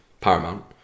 paramount